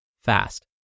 fast